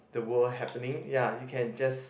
in the world happening ya you can just